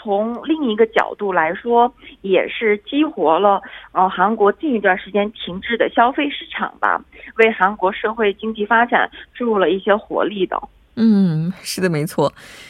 从另一个角度来说，也是激活了，呃，韩国近一段时间停滞的消费市场吧，为韩国社会经济发展注入了一些活力的。嗯，是的，没错。